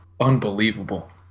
unbelievable